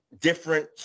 different